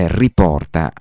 riporta